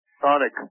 sonic